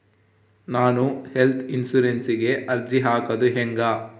ನಾನು ಹೆಲ್ತ್ ಇನ್ಸುರೆನ್ಸಿಗೆ ಅರ್ಜಿ ಹಾಕದು ಹೆಂಗ?